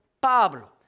Pablo